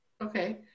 Okay